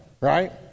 right